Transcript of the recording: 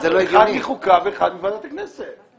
אחד מחוקה ואחד מוועדת הכנסת.